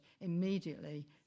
immediately